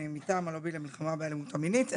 אני מטעם הלובי למלחמה באלימות המינית.